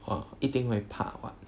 uh 一定会怕 what